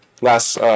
last –